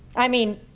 i mean,